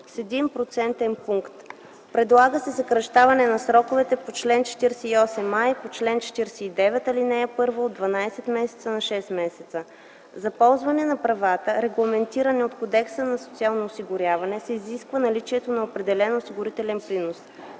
пункт. Предлага се съкращаване на сроковете по чл. 48а и по чл. 49, ал. 1 от 12 месеца на 6 месеца. За ползване на правата, регламентирани от Кодекса за социално осигуряване, се изисква наличието на определен осигурителен принос.